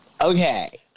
Okay